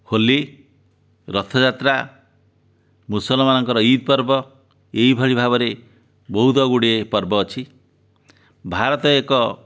ହୋଲି ରଥଯାତ୍ରା ମୁସଲମାନଙ୍କର ଇଦ୍ ପର୍ବ ଏହିଭଳି ଭାବରେ ବହୁତ ଗୁଡ଼ିଏ ପର୍ବ ଅଛି ଭାରତ ଏକ